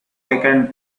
taken